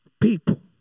people